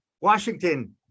washington